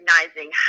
recognizing